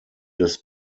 des